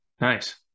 Nice